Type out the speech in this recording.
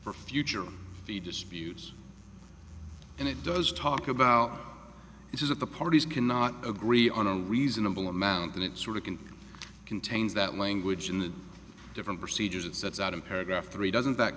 for future the disputes and it does talk about it is that the parties cannot agree on a reasonable amount and it sort of contains that language in the different procedures it sets out in paragraph three doesn't that